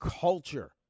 culture